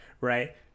Right